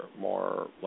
more